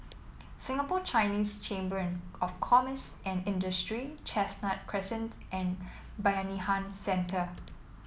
Singapore Chinese Chamber of Commerce and Industry Chestnut Crescent and Bayanihan Centre